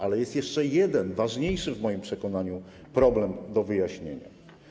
Ale jest jeszcze jeden ważniejszy w moim przekonaniu problem do wyjaśnienia.